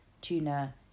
tuna